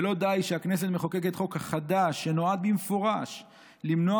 ולא די שהכנסת מחוקקת חוק חדש שנועד במפורש למנוע